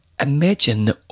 imagine